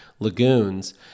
Lagoons